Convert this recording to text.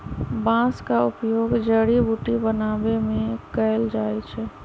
बांस का उपयोग जड़ी बुट्टी बनाबे में कएल जाइ छइ